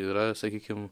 yra sakykim